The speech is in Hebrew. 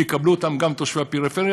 יקבלו אותם גם תושבי הפריפריה,